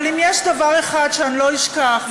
אבל אם יש דבר אחד שאני לא אשכח,